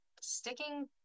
sticking